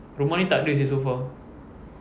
rumah ini tak ada seh so far